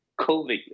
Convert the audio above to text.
COVID